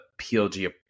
PLG